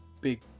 big